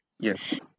Yes